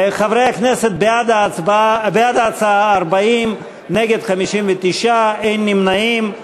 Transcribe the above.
חברי הכנסת, בעד ההצעה, 40, נגד, 59, אין נמנעים.